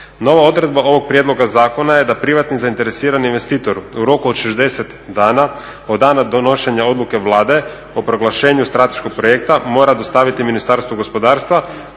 Nova odredba ovog prijedloga zakona je da privatni zainteresirani investitor u roku od 60 dana od dana donošenja odluke Vlade o proglašenju strateškog projekta mora dostaviti Ministarstvu gospodarstva